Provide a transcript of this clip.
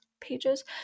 pages